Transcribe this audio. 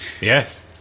Yes